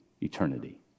eternity